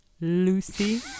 Lucy